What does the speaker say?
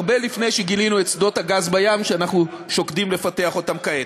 הרבה לפני שגילינו את שדות הגז בים שאנחנו שוקדים לפתח אותם כעת.